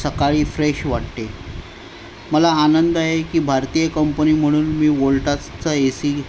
सकाळी फ्रेश वाटते मला आनंद आहे की भारतीय कंपनी म्हणून मी वोल्टासचा एसी